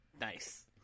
nice